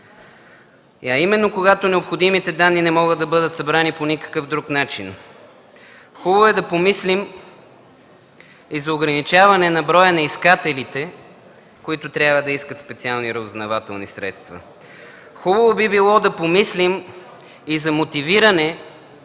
а именно когато необходимите данни не могат да бъдат събрани по никакъв друг начин. Хубаво е да помислим и за ограничаване на броя на искателите, които трябва да искат специални разузнавателни средства. Хубаво би било да помислим и за мотивиране